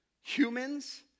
Humans